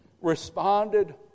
responded